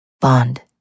Bond